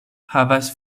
havas